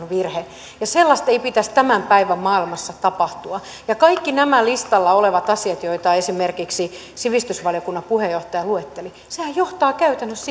virhe ja sellaista ei pitäisi tämän päivän maailmassa tapahtua kaikki nämä listalla olevat asiat joita esimerkiksi sivistysvaliokunnan puheenjohtaja luetteli nehän johtavat käytännössä